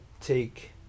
take